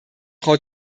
frau